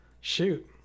Shoot